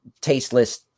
tasteless